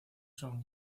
son